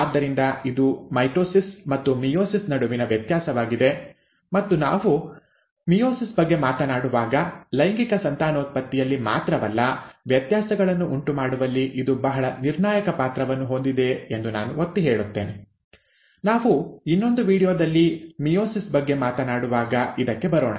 ಆದ್ದರಿಂದ ಇದು ಮೈಟೊಸಿಸ್ ಮತ್ತು ಮಿಯೋಸಿಸ್ ನಡುವಿನ ವ್ಯತ್ಯಾಸವಾಗಿದೆ ಮತ್ತು ನಾವು ಮಿಯೋಸಿಸ್ ಬಗ್ಗೆ ಮಾತನಾಡುವಾಗ ಲೈಂಗಿಕ ಸಂತಾನೋತ್ಪತ್ತಿಯಲ್ಲಿ ಮಾತ್ರವಲ್ಲ ವ್ಯತ್ಯಾಸಗಳನ್ನು ಉಂಟುಮಾಡುವಲ್ಲಿ ಇದು ಬಹಳ ನಿರ್ಣಾಯಕ ಪಾತ್ರವನ್ನು ಹೊಂದಿದೆ ಎಂದು ನಾನು ಒತ್ತಿ ಹೇಳುತ್ತೇನೆ ನಾವು ಇನ್ನೊಂದು ವೀಡಿಯೋದಲ್ಲಿ ಮಿಯೋಸಿಸ್ ಬಗ್ಗೆ ಮಾತನಾಡುವಾಗ ಇದಕ್ಕೆ ಬರೋಣ